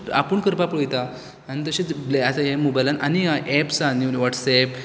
आपूण करपा पळयताथ आनी तशेंच हें आतां हे मोबायलान आनी एप्स आह नीव नीव व्हाॅटसॅप